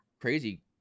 crazy